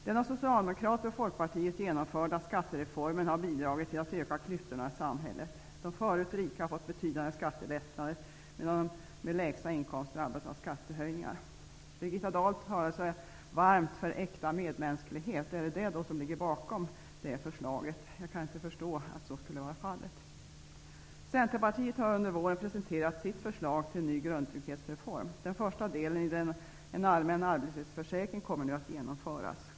Den av Socialdemokraterna och Folkpartiet genomförda skattereformen har bidragit till att öka klyftorna i samhället. De förut rika har fått betydande skattelättnader, medan de med de lägsta inkomsterna har drabbats av skattehöjningar. Birgitta Dahl talar sig varm för äkta medmänsklighet. Är det detta som ligger bakom det förslaget? Jag kan inte förstå att så skulle vara fallet. Centerpartiet har under våren presenterat sitt förslag till en ny grundtrygghetsreform. Den första delen i den, en allmän arbetslöshetsförsäkring, kommer nu att genomföras.